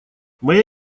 моя